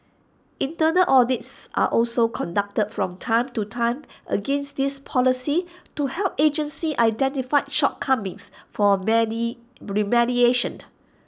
internal audits are also conducted from time to time against these policies to help agencies identify shortcomings for many remediation